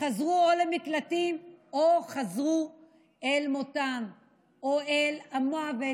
חזרו למקלטים או חזרו אל מותן או אל המוות,